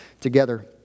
together